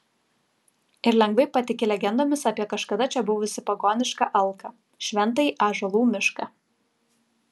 ir lengvai patiki legendomis apie kažkada čia buvusį pagonišką alką šventąjį ąžuolų mišką